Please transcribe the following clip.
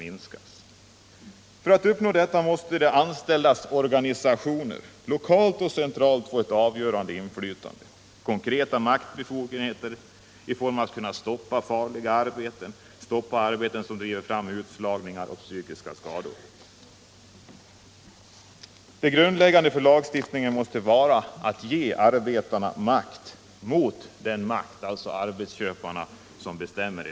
För att vi skall uppnå detta måste de anställdas organisationer — lokalt och centralt — få ett avgörande inflytande. De behöver konkreta maktbefogenheter att kunna stoppa alla farliga arbeten, stoppa arbeten som driver fram utslagningar och psykiska skador. Det grundläggande för lagstiftningen måste vara att ge arbetarna makt mot den makt — alltså arbetsköparna — som i dag bestämmer.